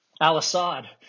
Al-Assad